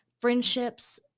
friendships